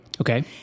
Okay